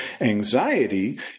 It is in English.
Anxiety